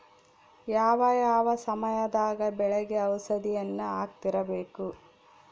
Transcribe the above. ಯಾವ ಯಾವ ಸಮಯದಾಗ ಬೆಳೆಗೆ ಔಷಧಿಯನ್ನು ಹಾಕ್ತಿರಬೇಕು?